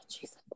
Jesus